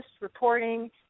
reporting